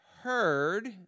heard